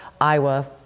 Iowa